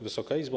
Wysoka Izbo!